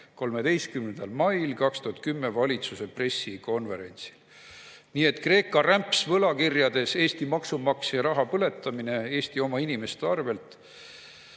13. mail 2010 valitsuse pressikonverentsil. Nii et Kreeka rämpsvõlakirjades Eesti maksumaksja raha põletamine Eesti oma inimeste arvel